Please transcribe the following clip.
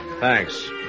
Thanks